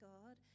God